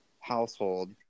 household